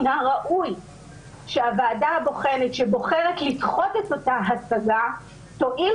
מן הראוי שהוועדה הבוחנת שבוחרת לדחות את אותה השגה תואיל